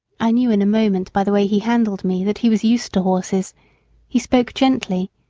i knew in a moment by the way he handled me, that he was used to horses he spoke gently,